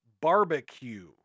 barbecue